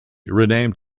renamed